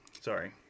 sorry